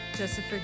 Joseph